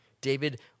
David